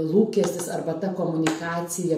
lūkestis arba ta komunikacija